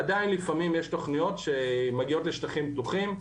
עדיין לפעמים יש תוכניות שמגיעות לשטחים פתוחים,